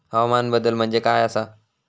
हवामान बदल म्हणजे काय आसा?